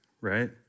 right